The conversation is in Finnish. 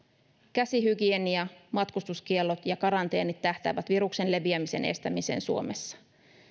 käsihygienia matkustuskiellot ja karanteenit tähtäävät viruksen leviämisen estämiseen suomessa